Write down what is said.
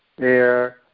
air